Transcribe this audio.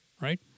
right